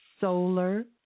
solar